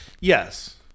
Yes